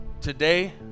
Today